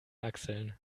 achseln